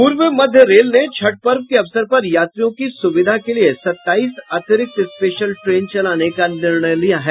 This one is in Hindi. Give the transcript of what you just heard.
पूर्व मध्य रेल ने छठ पर्व के अवसर पर यात्रियों के सुविधा के लिये सत्ताईस अतिरिक्त स्पेशल ट्रेन चलाने का निर्णय लिया है